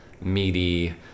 meaty